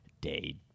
day